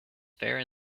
fair